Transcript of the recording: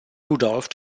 rudolph